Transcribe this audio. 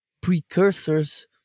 precursors